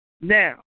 Now